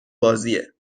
بازیه